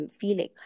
feeling